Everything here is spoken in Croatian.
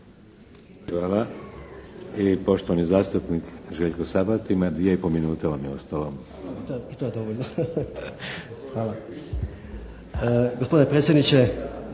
Hvala. I poštovani zastupnik Željko Sabati, ima dvije i pol minute vam je ostalo. **Sabati, Zvonimir (HSS)** Da, dovoljno. Hvala. Gospodine predsjedniče,